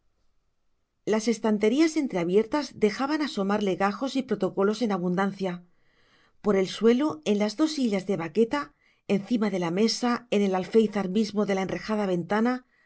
las estanterías entreabiertas dejaban asomar legajos y protocolos en abundancia por el suelo en las dos sillas de baqueta encima de la mesa en el alféizar mismo de la enrejada ventana